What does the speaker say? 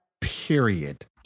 period